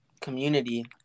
community